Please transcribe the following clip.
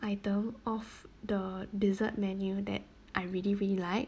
item of the dessert menu that I really really like